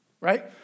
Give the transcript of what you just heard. right